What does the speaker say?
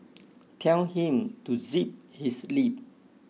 tell him to zip his lip